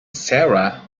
sarah